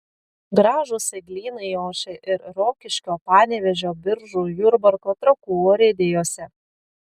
gražūs eglynai ošia ir rokiškio panevėžio biržų jurbarko trakų urėdijose